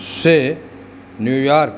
سے نیویارک